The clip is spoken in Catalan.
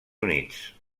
units